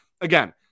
again